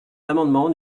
l’amendement